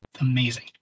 amazing